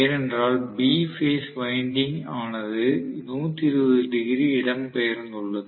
ஏனென்றால் B phase winding ஆனது 120 degree இடம்பெயர்ந்துள்ளது